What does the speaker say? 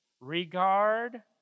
regard